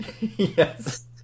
Yes